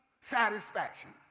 satisfaction